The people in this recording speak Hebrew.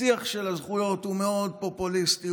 השיח של הזכויות הוא מאוד פופוליסטי,